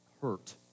hurt